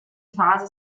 phase